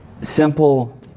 simple